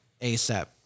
ASAP